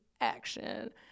action